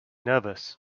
nervous